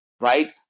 right